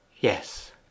yes